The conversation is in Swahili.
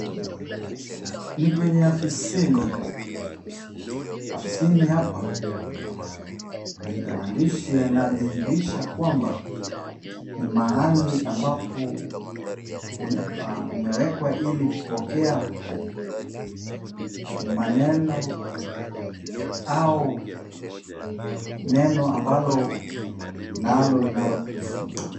Ni kwenye afisini. Afisini hapa maandishi yanadhihirisha kwamba ni mahali ambapo umewekwa ili kupokea maneno au neno ambalo unalo linalokusumbua.